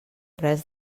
res